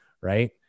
Right